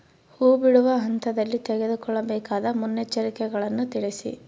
ಹೂ ಬಿಡುವ ಹಂತದಲ್ಲಿ ತೆಗೆದುಕೊಳ್ಳಬೇಕಾದ ಮುನ್ನೆಚ್ಚರಿಕೆಗಳನ್ನು ತಿಳಿಸಿ?